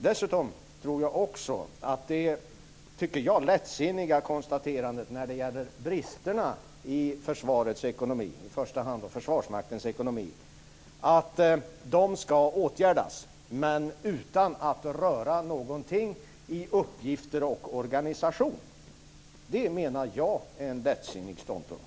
Dessutom: Att konstatera att bristerna i försvarets ekonomi, i första hand Försvarsmaktens ekonomi, skall åtgärdas men utan att man rör någonting i uppgifter och organisation menar jag är en lättsinnig ståndpunkt.